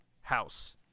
house